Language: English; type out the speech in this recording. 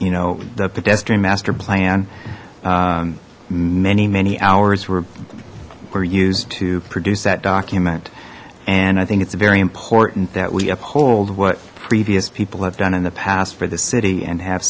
master plan many many hours were were used to produce that document and i think it's very important that we uphold what previous people have done in the past for the city and have